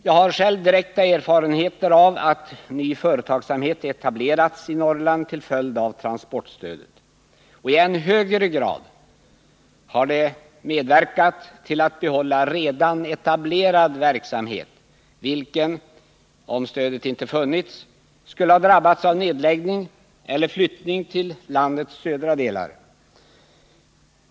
Jag har själv direkta erfarenheter av att företag har etablerats i Norrland till följd av transportstödet. I än högre grad har detta medverkat till att behålla redan etablerad verksamhet, vilken — om stödet inte hade funnits — skulle ha drabbats av nedläggning eller flyttning till landets södra delar.